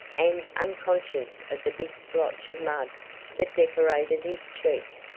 and unconscious of the big splotch of mud that decorated his cheek.